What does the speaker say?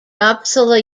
uppsala